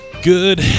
Good